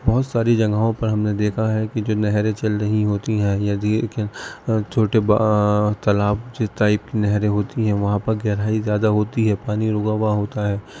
بہت ساری جگہوں پر ہم نے دیکھا ہے کہ جو نہریں چل رہی ہوتی ہیں یا چھوٹے تالاب ٹائپ نہریں ہوتی ہیں وہاں پر گہرائی زیادہ ہوتی ہے پانی رکا ہوا ہوتا ہے